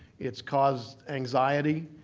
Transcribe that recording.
it's caused anxiety.